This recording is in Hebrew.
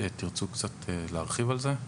האם תרצו להרחיב על זה?